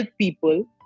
people